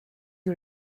you